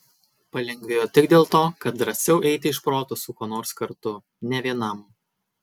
palengvėjo tik dėl to kad drąsiau eiti iš proto su kuo nors kartu ne vienam